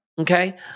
okay